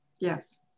yes